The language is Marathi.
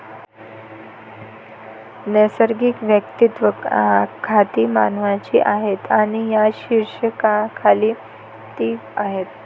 नैसर्गिक वैयक्तिक खाती मानवांची आहेत आणि या शीर्षकाखाली ती आहेत